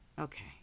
Okay